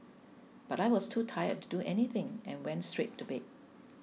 but I was too tired to do anything and went straight to bed